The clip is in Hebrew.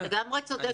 את לגמרי צודקת.